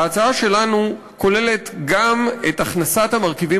ההצעה שלנו כוללת גם את הכנסת המרכיבים